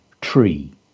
tree